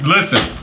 Listen